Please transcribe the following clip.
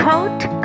Quote